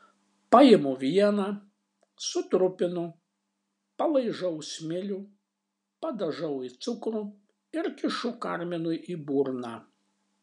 paimu vieną sutrupinu palaižau smilių padažau į cukrų ir kišu karminui į burną